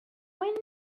winds